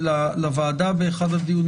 לוועדה באחד הדיונים.